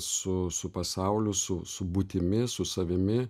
su su pasauliu su su būtimi su savimi